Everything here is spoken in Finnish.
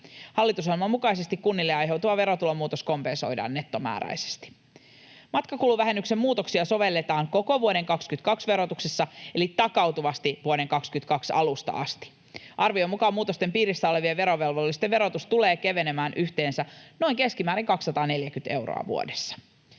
Hallitusohjelman mukaisesti kunnille aiheutuva verotulon muutos kompensoidaan nettomääräisesti. Matkakuluvähennyksen muutoksia sovelletaan koko vuoden 22 verotuksessa eli takautuvasti vuoden 22 alusta asti. Arvion mukaan muutosten piirissä olevien verovelvollisten verotus tulee kevenemään yhteensä keskimäärin noin 240 euroa vuodessa.